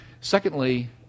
Secondly